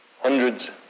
hundreds